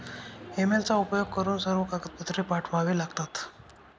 ईमेलचा उपयोग करून सर्व कागदपत्रे पाठवावे लागतात